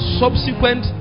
subsequent